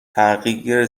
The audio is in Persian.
تغییر